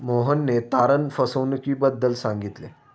मोहनने तारण फसवणुकीबद्दल सांगितले